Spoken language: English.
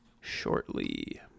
shortly